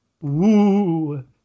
Woo